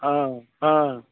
हँ हँ